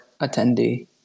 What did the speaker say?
attendee